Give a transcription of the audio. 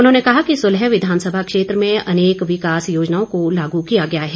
उन्होंने कहा कि सुलह विधानसभा क्षेत्र में अनेक विकास योजनाओं को लागू किया गया है